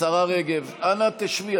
השרה מירי רגב, אנא, תשבי.